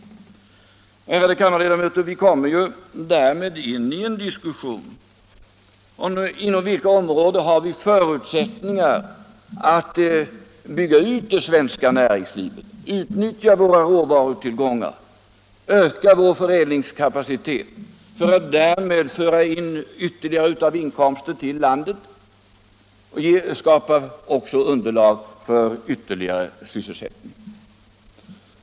Ärade kammarledamöter! Vi kommer därmed in i en diskussion om på vilka områden vi har förutsättningar att bygga ut det svenska näringslivet, utnyttja våra råvarutillgångar och öka vår förädlingskapacitet för att därmed föra in ytterligare inkomster till landet och skapa underlag för ytterligare sysselsättning.